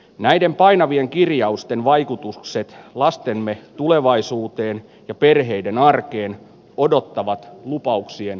näiden painavien kirjausten vaikutus sekä lastemme tulevaisuuteen ja perheiden arkkien pudottamat lupauksien